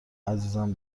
عزیزم